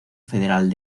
federal